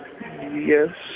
Yes